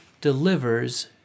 delivers